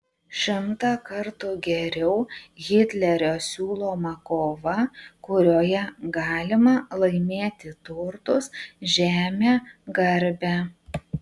šimtą kartų geriau hitlerio siūloma kova kurioje galima laimėti turtus žemę garbę